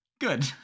good